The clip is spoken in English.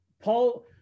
Paul